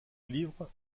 livres